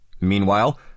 Meanwhile